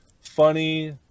funny